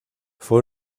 fue